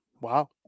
Wow